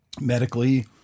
medically